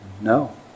No